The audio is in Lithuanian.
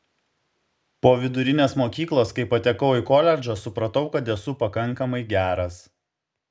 po vidurinės mokyklos kai patekau į koledžą supratau kad esu pakankamai geras